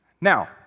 Now